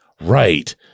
Right